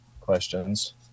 Questions